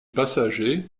passagers